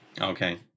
okay